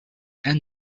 and